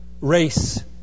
race